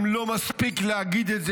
לא מספיק להגיד את זה,